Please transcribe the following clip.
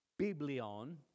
Biblion